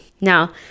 now